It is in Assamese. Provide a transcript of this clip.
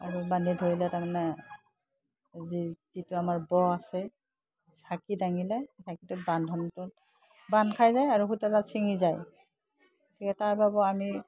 আৰু বান্ধি ধৰিলে তাৰমানে যি যিটো আমাৰ ব আছে চাকি দাঙিলে চাকিটো বান্ধনটোত বান্ধ খাই যায় আৰু সূতাডাল ছিঙি যায় গতিকে তাৰ বাবেও আমি